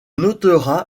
notera